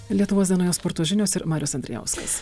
lietuvos dienoje sporto žinios ir marius andrijauskas